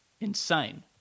insane